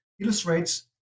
illustrates